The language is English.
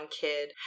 kid